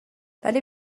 ولی